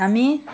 আমি